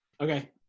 okay